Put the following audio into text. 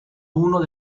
uno